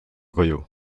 koju